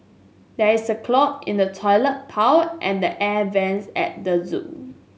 there is a clog in the toilet pipe and the air vent at the zoo